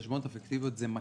חלק חשבונות פיקטיביים זו מכה,